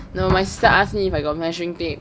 no my sister ask me if I got measuring tape